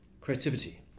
creativity